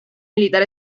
militar